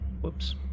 whoops